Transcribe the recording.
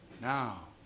Now